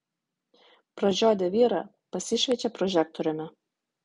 pražiodę vyrą pasišviečia prožektoriumi